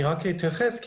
אני אתייחס כי